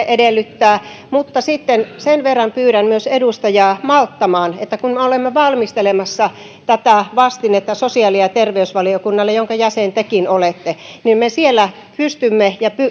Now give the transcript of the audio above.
edellyttää mutta sitten sen verran pyydän myös edustajaa malttamaan että kun olemme valmistelemassa tätä vastinetta sosiaali ja terveysvaliokunnalle jonka jäsen tekin olette niin me siellä pystymme